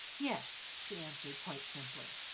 yes, she answered, quite simply